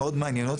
מאוד מעניינות.